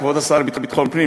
כבוד השר לביטחון פנים,